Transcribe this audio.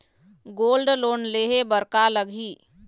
Gold loan लेहे बर का लगही?